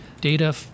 data